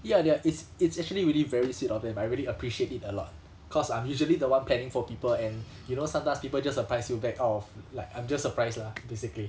ya they're it's it's actually really very sweet of them I really appreciate it a lot cause I'm usually the one planning for people and you know sometimes people just surprise you back out of like I'm just surprised lah basically